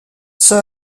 sir